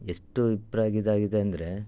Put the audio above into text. ಎಷ್ಟು ಇಪ್ರೊ ಆಗಿ ಇದಾಗಿದೆ ಅಂದರೆ